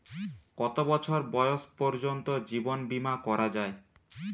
কত বছর বয়স পর্জন্ত জীবন বিমা করা য়ায়?